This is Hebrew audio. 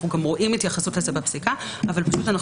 אנחנו גם רואים התייחסות לזה בפסיקה אבל כאן